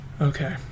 Okay